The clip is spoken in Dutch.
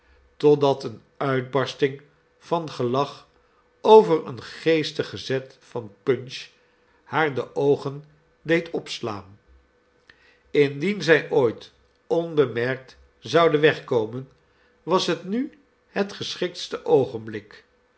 totdat eene uitbarsting van gelach over een geestigen zet van punch haar de oogen deed opslaan indien zij ooit onbemerkt zouden wegkomen was het nu het geschiktste oogenblik